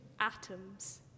atoms